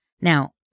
Now